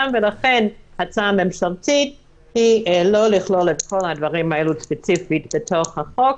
ולכן ההצעה הממשלתית היא לא לכלול את כל הדברים האלה ספציפית בחוק,